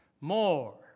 more